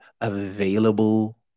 available